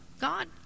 God